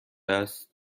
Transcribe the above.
است